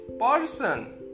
person